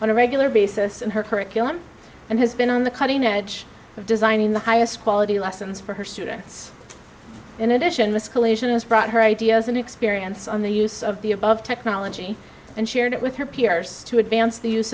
on a regular basis in her curriculum and has been on the cutting edge of designing the highest quality lessons for her students in addition this collation has brought her ideas and experience on the use of the above technology and shared it with her peers to advance the use